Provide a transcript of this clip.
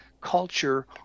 culture